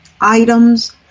items